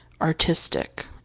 artistic